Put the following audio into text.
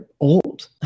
old